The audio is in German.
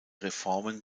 reformen